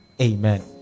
Amen